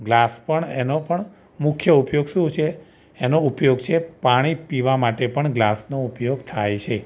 glass પણ એનો પણ મુખ્ય ઉપયોગ શું છે એનો ઉપયોગ છે પાણી પીવા માટે પણ ગ્લાસનો ઉપયોગ થાય છે